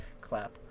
Clap